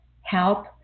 help